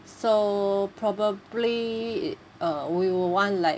so probably it uh we will want like